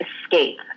escape